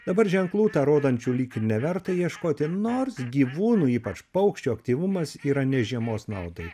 dabar ženklų rodančių lyg ir neverta ieškoti nors gyvūnų ypač paukščių aktyvumas yra ne žiemos naudai